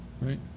right